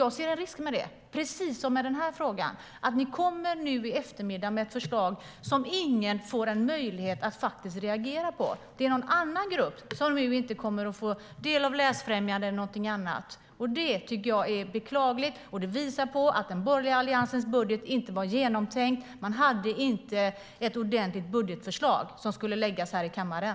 Jag ser en risk med det, precis som med den här frågan, nämligen att ni nu i eftermiddag kommer med ett förslag som ingen får en möjlighet att faktiskt reagera på. Det är någon annan grupp som nu inte kommer att få del av läsfrämjande eller någonting annat. Det tycker jag är beklagligt. Det visar att den borgerliga Alliansens budget inte var genomtänkt. Man hade inte ett ordentligt budgetförslag som skulle läggas fram här i kammaren.